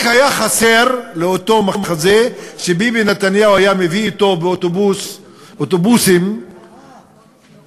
רק היה חסר לאותו מחזה שביבי נתניהו היה מביא אתו אוטובוסים מהפמיליה,